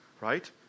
right